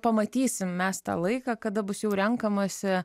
pamatysim mes tą laiką kada bus jau renkamasi